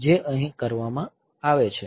જે અહીં કરવામાં આવે છે